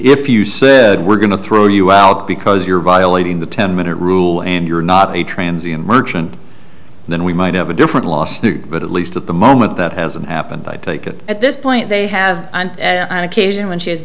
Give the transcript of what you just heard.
if you said we're going to throw you out because you're violating the ten minute rule and you're not a trans am merchant then we might have a different lawsuit but at least at the moment that hasn't happened i take it at this point they have on occasion when she has